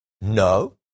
No